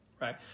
right